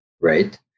right